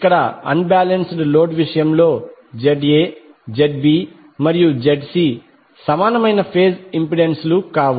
ఇక్కడ unbalanced load విషయంలోZA ZB మరియు ZC సమానమైన ఫేజ్ ఇంపెడెన్సులు కావు